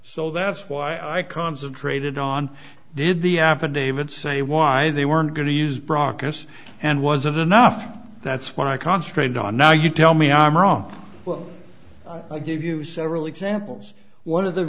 so that's why i concentrated on did the affidavit say why they weren't going to use broadcasts and wasn't enough that's what i concentrated on now you tell me i'm wrong well i gave you several examples one of the